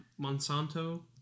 Monsanto